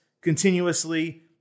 continuously